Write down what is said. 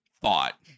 thought